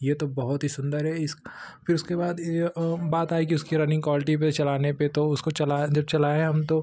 ये तो बहुत ही सुंदर है इस फिर उसके बाद ये बात आई कि उसकी रनिंग क्वालटी पर चलाने पर तो उसको चलाए जब चलाए हम तो